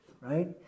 right